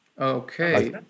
Okay